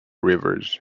rivers